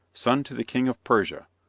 son to the king of persia,